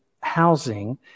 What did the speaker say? housing